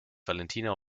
valentina